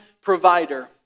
provider